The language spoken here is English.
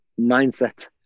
mindset